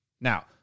Now